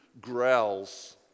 growls